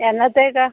എന്നത്തേക്കാ